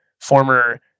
Former